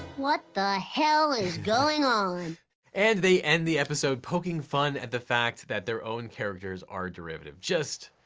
what the hell is going on and they end the episode poking fun at the fact that their own characters are derivative, just